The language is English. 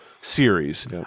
series